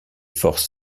forces